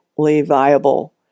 viable